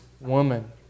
woman